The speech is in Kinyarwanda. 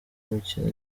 mikino